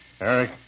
Eric